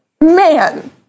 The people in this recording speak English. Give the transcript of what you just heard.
man